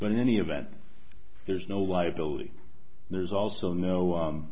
but in any event there's no liability there's also no